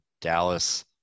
Dallas